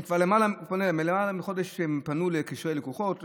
כבר לפני למעלה מחודש הם פנו לקשרי לקוחות,